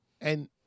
And-